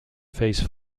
face